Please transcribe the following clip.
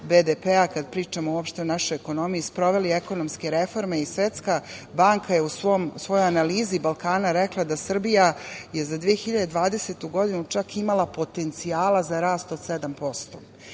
BDP-a kada pričamo uopšte o našoj ekonomiji, sproveli ekonomske reforme i Svetska banka je u svojoj analizi Balkana rekla da je Srbija i za 2020. godinu čak imala potencijala za rast od